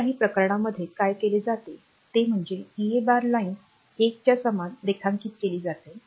इतर काही प्रकरणांमध्ये काय केले जाते ते म्हणजे EA बार लाइन एक च्या समान रेखांकित केली जाते